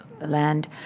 land